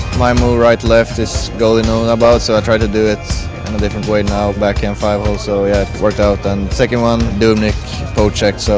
my move right left is goalie knows about it, so i try to do it in a different way now, backhand five hole, so yeah, it worked out. and second one, dubnyk, poke-checked, so